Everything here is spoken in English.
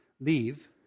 leave